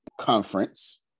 conference